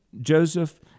Joseph